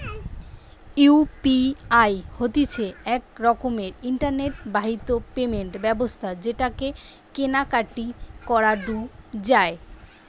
UPI হতিছে এক রকমের ইন্টারনেট বাহিত পেমেন্ট ব্যবস্থা যেটাকে কেনা কাটি করাঢু যায়